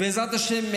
בעזרת השם,